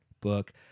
book